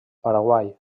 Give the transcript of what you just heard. paraguai